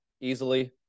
easily